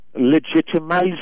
legitimizing